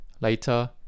Later